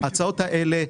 ההצעות האלה,